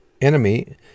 enemy